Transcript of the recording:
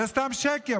זה סתם שקר,